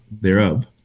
thereof